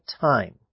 time